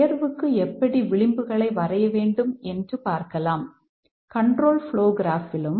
எனவே இவை 3 அடிப்படை குறிப்புகள் ஆகும்